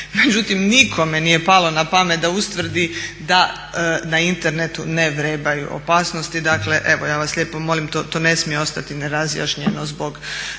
Međutim nikome nije palo na pamet da ustvrdi da na internetu ne vrebaju opasnosti. Dakle evo ja vas lijepo molim to ne smije ostati nerazjašnjeno zbog